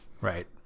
right